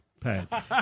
pad